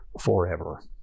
forever